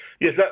Yes